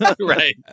Right